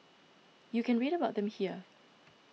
you can read about them here